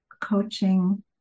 Coaching